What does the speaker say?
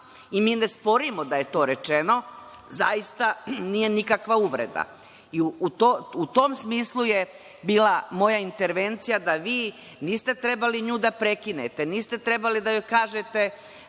i mi ne sporimo da je to rečeno, zaista nije nikakva uvreda. U tom smislu je bila moja intervencija, da vi niste trebali nju da prekinete, niste trebali da joj kažete